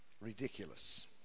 ridiculous